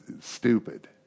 stupid